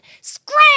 Scram